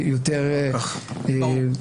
ברור.